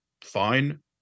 fine